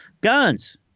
Guns